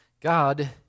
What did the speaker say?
God